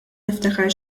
niftakar